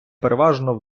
переважно